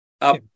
up